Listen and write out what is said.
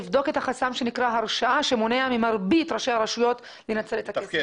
לבדוק את החסם שנקרא הרשאה שמונע ממרבית ראשי הרשויות לנצל את הכסף.